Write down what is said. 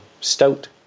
stout